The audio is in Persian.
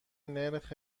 نرخ